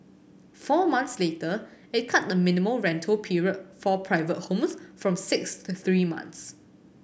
four months later it cut the minimum rental period for private homes from six to three months